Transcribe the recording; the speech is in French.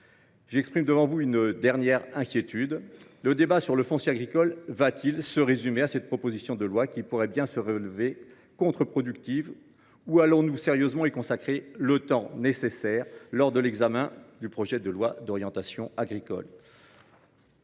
J’exprime devant vous une dernière inquiétude : le débat sur le foncier agricole va t il se résumer à cette proposition de loi, qui pourrait bien se révéler contre productive ou allons nous sérieusement y consacrer le temps nécessaire lors de l’examen du projet de loi d’orientation et